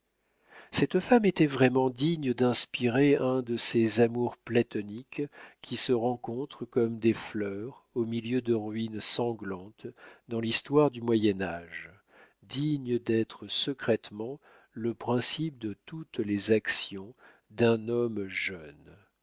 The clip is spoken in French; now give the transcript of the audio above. cette femme était vraiment digne d'inspirer un de ces amours platoniques qui se rencontrent comme des fleurs au milieu de ruines sanglantes dans l'histoire du moyen age digne d'être secrètement le principe de toutes les actions d'un homme jeune